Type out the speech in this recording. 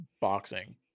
boxing